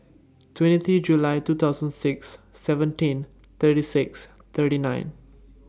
twenty three July two thousand six seventeen thirty six thirty nine